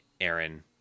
Aaron